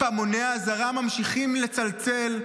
ופעמוני האזהרה ממשיכים לצלצל.